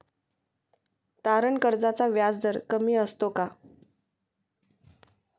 तारण कर्जाचा व्याजदर कमी असतो का?